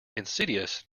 insidious